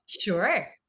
sure